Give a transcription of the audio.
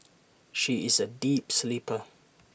she is A deep sleeper